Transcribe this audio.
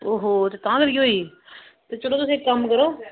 ओहो ते तां करियै होई'ई ते चलो तुस इक कम्म करो